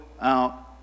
out